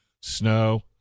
snow